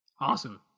Awesome